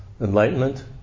enlightenment